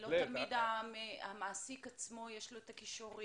לא תמיד המעסיק עצמו יש לו את הכישורים.